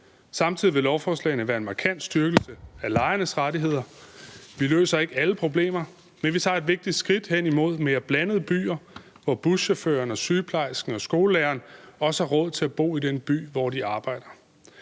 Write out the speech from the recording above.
Samtidig vil lovforslagene være en markant styrkelse af lejernes rettigheder. Vi løser ikke alle problemer, men vi tager et vigtigt skridt hen imod mere blandede byer, hvor buschaufføren, sygeplejersken og skolelæreren også har råd til at bo i den by, hvor de arbejder.